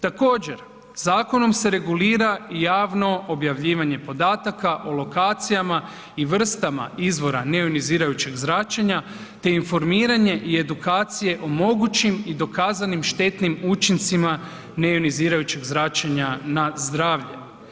Također, zakonom se regulira javno objavljivanje podataka o lokacijama i vrstama izvora neionizirajućeg zračenja, te informiranje i edukacije o mogućim i dokazanim štetnim učincima neionizirajućeg zračenja na zdravlje.